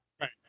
Right